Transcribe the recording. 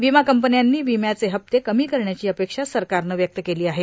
विमा कंपन्यांनी विम्याचे हप्ते कमी करण्याची अपेक्षा सरकारनं व्यक्त केली आहे